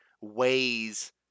ways